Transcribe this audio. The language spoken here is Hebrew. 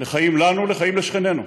לחיים לנו, לחיים לשכנינו.